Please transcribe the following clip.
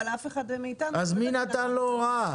אבל אף אחד מאיתנו לא --- אז מי נתן לו הוראה?